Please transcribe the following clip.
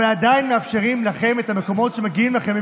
אבל עדיין מאפשרים לכם את המקומות שמגיעים לכם.